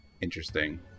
interesting